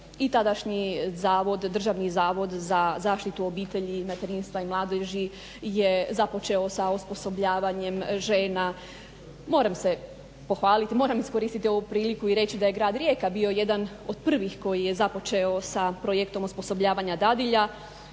i tadašnji zavod, državni zavod za zaštitu obitelji, materinstva i mladeži je započeo za zapošljavanjem žena, moram se pohvaliti, moram iskoristiti ovu priliku i reći da je grad Rijeka bio jedan od prvih koji je započeo sa projektom osposobljavanja dadilja